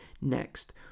next